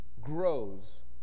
grows